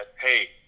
hey